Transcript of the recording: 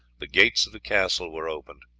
the gates of the castle were opened.